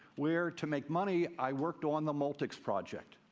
where to make money, i worked on the multics project.